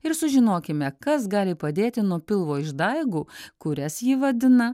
ir sužinokime kas gali padėti nuo pilvo išdaigų kurias ji vadina